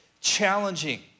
challenging